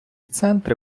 центри